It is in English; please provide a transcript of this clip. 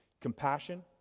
Compassion